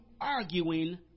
arguing